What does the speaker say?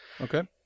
Okay